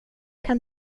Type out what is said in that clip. kan